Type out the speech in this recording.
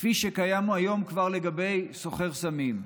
כפי שקיים כבר לגבי סוחר סמים,